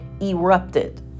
erupted